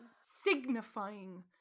signifying